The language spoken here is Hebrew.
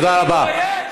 תודה רבה.